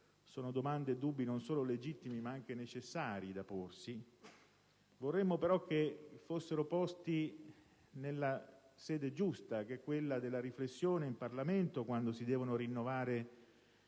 sono domande e dubbi non solo legittimi, ma anche necessari. Vorremmo però che fossero posti nella sede giusta, che è quella della riflessione in Parlamento quando si devono rinnovare